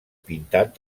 pintat